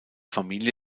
familie